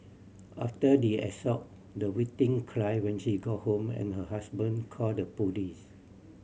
after the assault the victim cried when she got home and her husband called the police